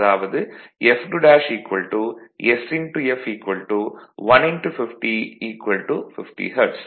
அதாவது f2 sf 150 50 hertz